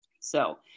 So-